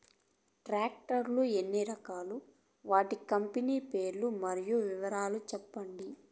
Tractor లు ఎన్ని రకాలు? వాటి కంపెని పేర్లు మరియు వివరాలు సెప్పండి?